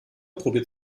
probiert